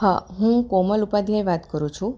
હા હું કોમલ ઉપાધ્યાય વાત કરું છું